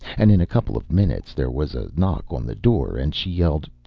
and in a couple of minutes there was a knock on the door, and she yelled,